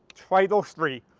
try those three.